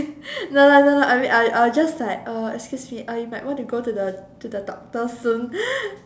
no lah no lah I mean I I'll just uh excuse me uh you might want to go to the doctor soon